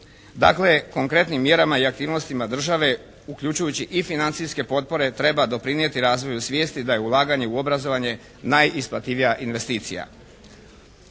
Dakle, konkretnim mjerama i aktivnosti države uključujući i financijske potpore treba doprinijeti razvoju svijesti da je ulaganje u obrazovanje najisplativija investicija.